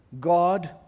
God